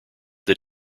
that